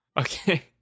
okay